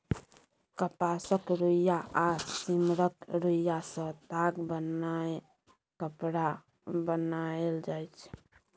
कपासक रुइया आ सिम्मरक रूइयाँ सँ ताग बनाए कपड़ा बनाएल जाइ छै